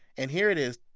and here it is,